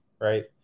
Right